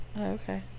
Okay